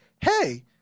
hey